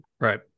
Right